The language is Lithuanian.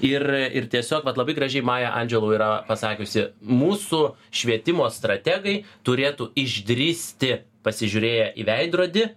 ir ir tiesiog vat labai gražiai maja andželu yra pasakiusi mūsų švietimo strategai turėtų išdrįsti pasižiūrėję į veidrodį